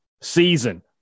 season